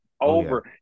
Over